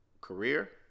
career